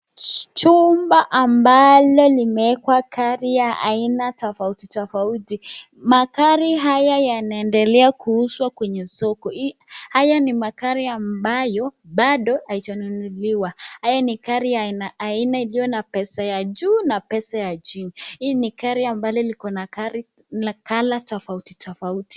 Chumba ambalo limeekwa gari ya aina tofauti tofauti, magari haya yanaendelea kuuzwa kwenye soko, haya ni magari ambayo bado haijanunuliwa, haya ni gari ya aina aina iliyo na pesa ya juu na pesa ya chini, hii ni gari ambalo liko na (cs) colour (cs) tofauti tofauti.